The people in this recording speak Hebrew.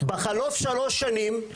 בחלוף שלוש שנים,